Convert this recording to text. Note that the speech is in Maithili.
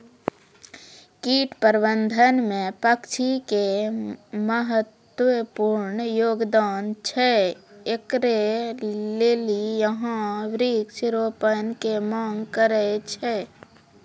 कीट प्रबंधन मे पक्षी के महत्वपूर्ण योगदान छैय, इकरे लेली यहाँ वृक्ष रोपण के मांग करेय छैय?